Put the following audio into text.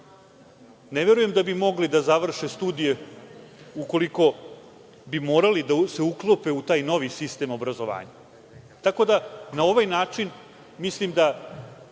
ne verujem da bi mogli završe studije ukoliko bi morali da se uklope u taj novi sistem obrazovanja. Tako da na ovaj način mislim da